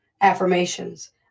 Affirmations